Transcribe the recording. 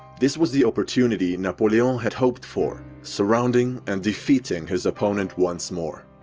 this was the opportunity napoleon had hoped for, surrounding and defeating his opponent once more.